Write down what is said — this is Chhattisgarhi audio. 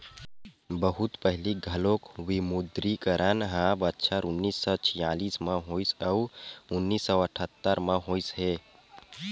बहुत पहिली घलोक विमुद्रीकरन ह बछर उन्नीस सौ छियालिस म होइस अउ उन्नीस सौ अठत्तर म होइस हे